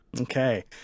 okay